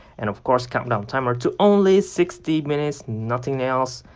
and of course countdown timer to only sixty minutes nothing else,